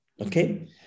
Okay